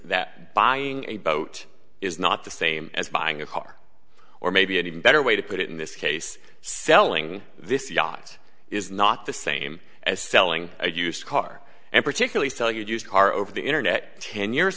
that buying a boat is not the same as buying a car or maybe an even better way to put it in this case selling this yacht is not the same as selling a used car and particularly sell your used car over the internet ten years